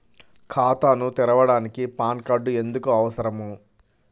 ఖాతాను తెరవడానికి PAN card ఎందుకు అవసరము?